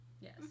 Yes